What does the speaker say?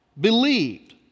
believed